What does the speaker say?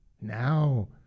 Now